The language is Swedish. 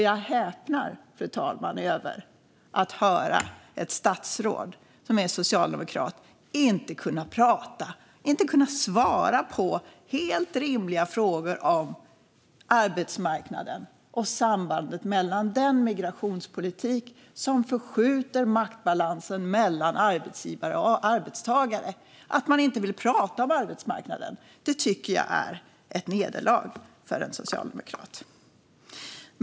Jag häpnar, fru talman, över att höra att ett statsråd som är socialdemokrat inte kan prata om eller svara på helt rimliga frågor om arbetsmarknaden och sambandet med den migrationspolitik som förskjuter maktbalansen mellan arbetsgivare och arbetstagare. Att inte vilja prata om arbetsmarknaden tycker jag är ett nederlag för en socialdemokrat.